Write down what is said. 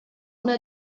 una